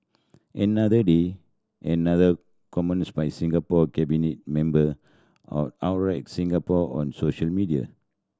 another day another comments by Singapore cabinet member Singapore on social media